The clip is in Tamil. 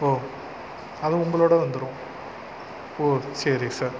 ஓ அது உங்களோட வந்துடும் ஓ சரி சார்